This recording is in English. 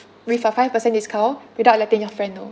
with a five percent discount without letting your friend know